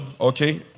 okay